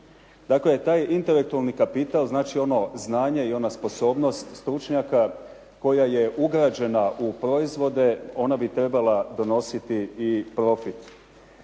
Dakle, taj intelektualni znači ono znanje i ona sposobnost stručnjaka koja je ugrađena u proizvode ona bi trebala donositi i profit.